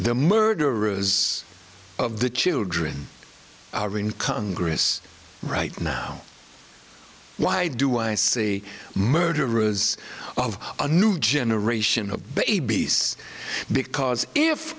the murderers of the children are in congress right now why do i say murderers of a new generation of babies because if